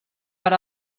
per